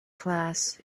class